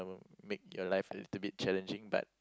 make your life a little bit challenging but